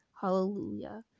Hallelujah